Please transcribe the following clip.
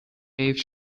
حیف